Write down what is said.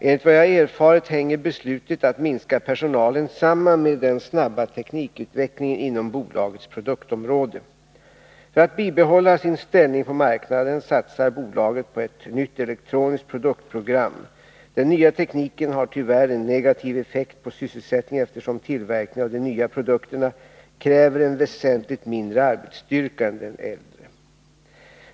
Enligt vad jag erfarit hänger beslutet att minska personalen samman med den snabba teknikutvecklingen inom bolagets produktområde. För att bibehålla sin ställning på marknaden satsar bolaget på ett nytt elektroniskt produktprogram. Den nya tekniken har tyvärr en negativ effekt på sysselsättningen, eftersom tillverkning av de nya produkterna kräver en väsentligt mindre arbetsstyrka än de äldre.